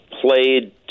played